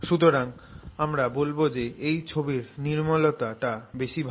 সুতরাং আমরা বলবো যে এই ছবির নির্মলতা টা বেশি ভালো